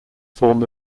form